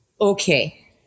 okay